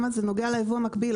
אם זה נוגע לייבוא המקביל,